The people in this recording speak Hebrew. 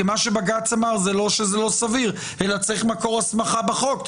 כי מה שבג"ץ אמר לא שזה לא סביר אלא שצריך מקור הסמכה בחוק,